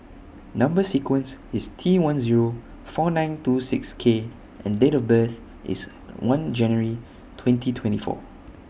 Number sequence IS T one Zero four nine two six K and Date of birth IS one January twenty twenty four